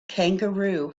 kangaroo